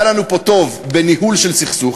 והיה לנו פה טוב בניהול של סכסוך,